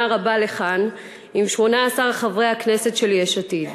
רבה לכאן עם 18 חברי הכנסת של יש עתיד.